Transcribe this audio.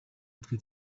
twe